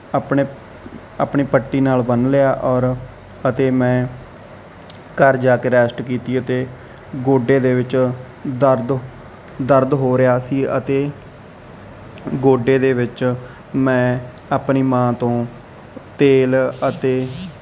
ਆਪਣੇ ਆਪਣੀ ਪੱਟੀ ਨਾਲ ਬੰਨ ਲਿਆ ਔਰ ਅਤੇ ਮੈਂ ਘਰ ਜਾ ਕੇ ਰੈਸਟ ਕੀਤੀ ਅਤੇ ਗੋਡੇ ਦੇ ਵਿੱਚ ਦਰਦ ਦਰਦ ਹੋ ਰਿਹਾ ਸੀ ਅਤੇ ਗੋਡੇ ਦੇ ਵਿੱਚ ਮੈਂ ਆਪਣੀ ਮਾਂ ਤੋਂ ਤੇਲ ਅਤੇ